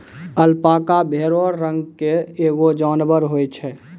alpaca भेड़ो रंग के एगो जानबर होय छै